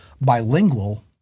bilingual